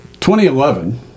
2011